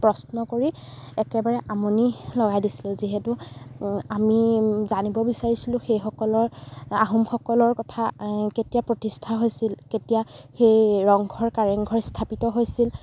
প্ৰশ্ন কৰি একেবাৰে আমনি লগাই দিছিলোঁ যিহেতু আমি জানিব বিচাৰিছিলোঁ সেইসকলৰ আহোমসকলৰ কথা কেতিয়া প্ৰতিষ্ঠা হৈছিল কেতিয়া সেই ৰংঘৰ কাৰেংঘৰ স্থাপিত হৈছিল